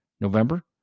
November